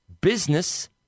business